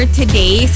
today